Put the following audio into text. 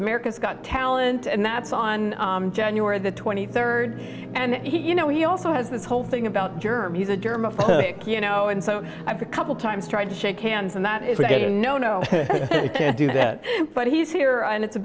america's got talent and that's on january the twenty third and he you know he also has this whole thing about germ he's a german you know and so i've heard couple times tried to shake hands and that is no no do that but he's here and it's a